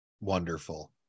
Wonderful